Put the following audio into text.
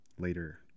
later